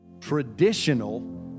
traditional